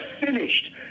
finished